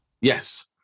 yes